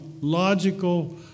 logical